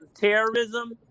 terrorism